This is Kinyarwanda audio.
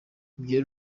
ibyo